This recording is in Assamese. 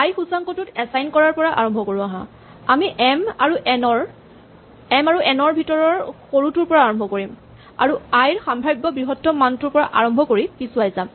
আই সূচাংকটোত এচাইন কৰাৰ পৰা আৰম্ভ কৰো আহাঁ আমি এম আৰু এন ৰ ভিতৰৰ সৰুটোৰ পৰা আৰম্ভ কৰিম আৰু আই ৰ সাম্ভাৱ্য বৃহত্তম মানটোৰ পৰা আৰম্ভ কৰি পিছুৱাই যাম